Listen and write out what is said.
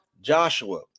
Joshua